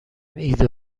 ایده